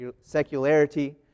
secularity